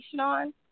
on